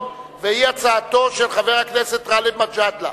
והיא הצעתו של חבר הכנסת גאלב מג'אדלה.